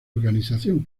organización